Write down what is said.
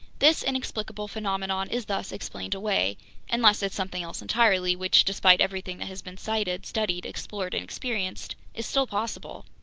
this inexplicable phenomenon is thus explained away unless it's something else entirely, which, despite everything that has been sighted, studied, explored and experienced, is still possible!